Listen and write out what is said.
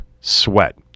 sweat